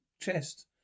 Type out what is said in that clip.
Chest